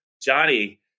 Johnny